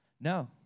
no